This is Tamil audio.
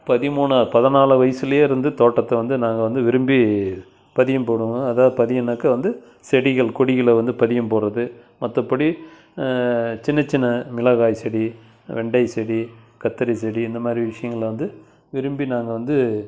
பதிமூனாம் பதினாலு வயசில் இருந்து தோட்டத்தை வந்து நாங்கள் வந்து விரும்பி பதியம் போடுவேன் அதாவது பதியம்னாக்க வந்து செடிகள் கொடிகளை வந்து பதியம் போடுவது மற்றபடி சின்ன சின்ன மிளகாய் செடி வெண்டை செடி கத்தரி செடி இந்தமாதிரி விஷயங்களை வந்து விரும்பி நாங்கள் வந்து